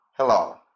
Hello